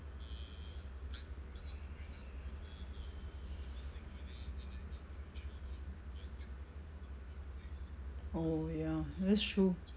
oh ya that's true